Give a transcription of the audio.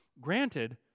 Granted